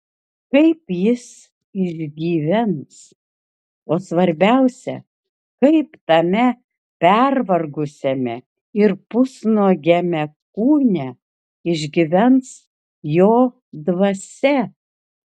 kaip jis išgyvens o svarbiausia kaip tame pervargusiame ir pusnuogiame kūne išgyvens jo dvasia